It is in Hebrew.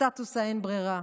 סטטוס ה"אין ברירה".